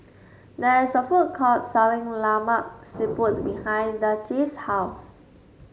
there is a food court selling Lemak Siput behind Dicie's house